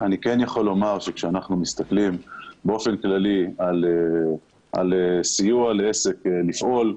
אני כן יכול לומר שכאשר אנחנו מסתכלים באופן כללי על סיוע לעסק לפעול,